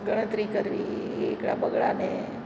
ગણતરી કરવી એકડા બગડા ને